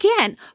again